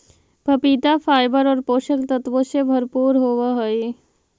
पपीता फाइबर और पोषक तत्वों से भरपूर होवअ हई